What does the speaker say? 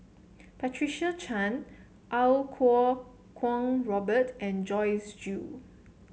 Patricia Chan Iau Kuo Kwong Robert and Joyce Jue